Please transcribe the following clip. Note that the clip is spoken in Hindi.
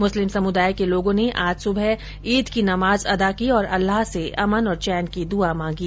मुस्लिम समुदाय के लोगों ने आज सुबह ईद की नमाज अदा की और अल्लाह से अमन और चेन की दुआ मांगी